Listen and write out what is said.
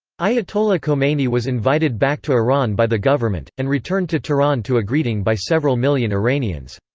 ayatollah khomeini was invited back to iran by the government, and returned to tehran to a greeting by several million iranians.